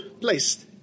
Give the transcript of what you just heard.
placed